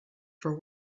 for